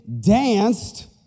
danced